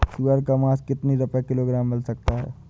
सुअर का मांस कितनी रुपय किलोग्राम मिल सकता है?